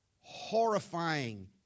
horrifying